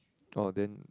orh then